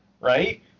right